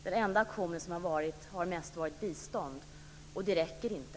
Den enda aktion som har varit har mest bestått av bistånd, och det räcker inte.